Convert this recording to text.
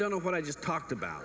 don't know what i just talked about